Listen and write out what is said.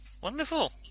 wonderful